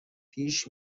پیش